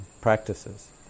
practices